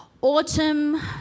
Autumn